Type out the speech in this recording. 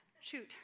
shoot